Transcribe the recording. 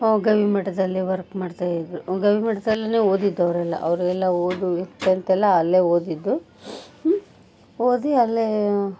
ಅವ್ರು ಗವಿಮಠದಲ್ಲಿ ವರ್ಕ್ ಮಾಡ್ತಾ ಇದ್ದರು ಗವಿಮಠದಲ್ಲೇ ಓದಿದ್ದು ಅವರೆಲ್ಲ ಅವರೆಲ್ಲ ಓದಿ ಟೆಂತೆಲ್ಲ ಅಲ್ಲೇ ಓದಿದ್ದು ಓದಿ ಅಲ್ಲೇ